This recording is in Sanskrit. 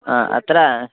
आम् अत्र